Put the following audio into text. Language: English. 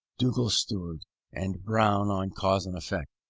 dugald stewart and brown on cause and effect.